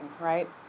right